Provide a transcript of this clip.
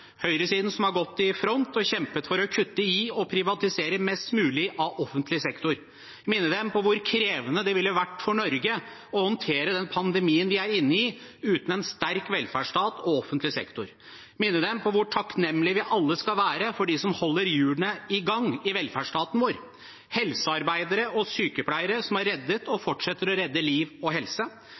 høyresiden, som har gått i front og kjempet for å kutte i og privatisere mest mulig av offentlig sektor. Jeg vil minne dem på hvor krevende det ville vært for Norge å håndtere den pandemien vi er inne i, uten en sterk velferdsstat og offentlig sektor. Jeg vil minne dem på hvor takknemlige vi alle skal være for dem som holder hjulene i gang i velferdsstaten vår: helsearbeidere og sykepleiere, som har reddet og fortsetter å redde liv og helse